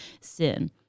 sin